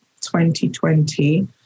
2020